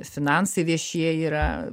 finansai viešieji yra